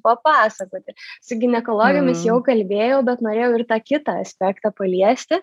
papasakoti su ginekologėmis jau kalbėjau bet norėjau ir tą kitą aspektą paliesti